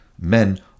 men